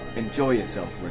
enjoy yourself,